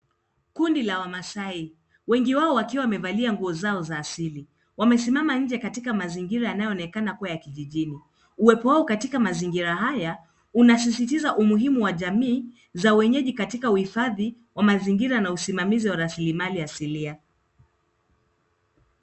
Kundi la wamaasai. Wengi wao wakiwa wamevalia nguo zao za asili. Wamesimama nje katika mazingira yanayoonekana kuwa mazingira ya kijijini. Uwepo wao katika mazingira haya, unasisitiza umuhimu wa jamii za wenyeji katika uhifadhi wa mazingira na usimamizi wa rasilimali asilia.